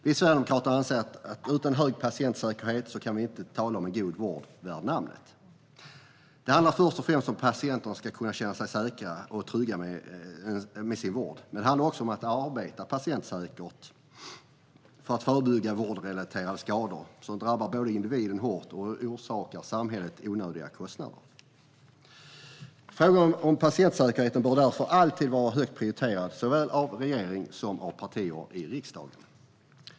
Vi sverigedemokrater anser att utan en hög patientsäkerhet kan vi inte tala om en god vård värd namnet. Det handlar först och främst om att patienterna ska kunna känna sig säkra och trygga i sin vård, men det handlar också om att arbeta med patientsäkerhet för att förebygga vårdrelaterade skador som både drabbar individen hårt och orsakar samhället onödiga kostnader. Frågan om patientsäkerhet bör därför alltid vara högt prioriterad såväl av regeringen som av partierna i riksdagen.